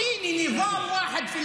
(אומר בערבית: תן לי משטר אחד בעולם,